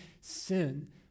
sin